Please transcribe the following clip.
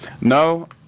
No